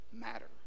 matter